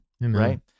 right